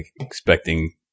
expecting